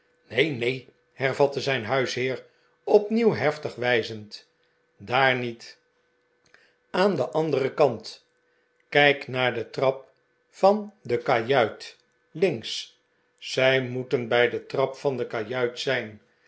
neen neen hervatte zijn huisheer opnieuw heftig wijzend daar niet aan den anderen kant kijk naar de trap van de kajuit links zij moeten bij de trap van de kajuit zijn